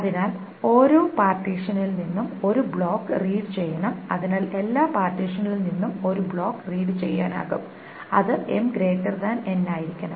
അതിനാൽ ഓരോ പാർട്ടീഷനിൽ നിന്നും ഒരു ബ്ലോക്ക് റീഡ് ചെയ്യണം അതിനാൽ എല്ലാ പാർട്ടീഷനിൽ നിന്നും ഒരു ബ്ലോക്ക് റീഡ് ചെയ്യാനാകും അതായത് ആയിരിക്കണം